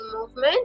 movement